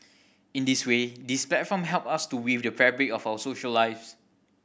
in this way these platform help us to weave the fabric of our social lives